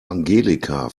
angelika